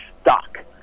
stuck